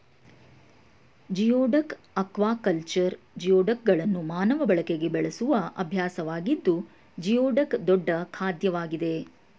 geoduck aquaculture ಜಿಯೋಡಕ್ಗಳನ್ನು ಮಾನವ ಬಳಕೆಗೆ ಬೆಳೆಸುವ ಅಭ್ಯಾಸವಾಗಿದ್ದು ಜಿಯೋಡಕ್ ದೊಡ್ಡ ಖಾದ್ಯವಾಗಿದೆ